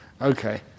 Okay